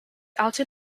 alton